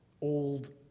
old